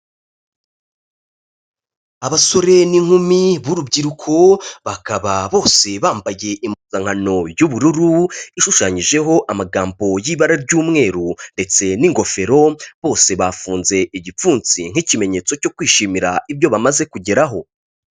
Abasore n'inkumi b'urubyiruko, bakaba bose bambaye impuzankano y'ubururu, ishushanyijeho amagambo y'ibara ry'umweru ndetse n'ingofero, bose bafunze igipfunsi nk'ikimenyetso cyo kwishimira ibyo bamaze kugeraho.